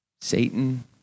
Satan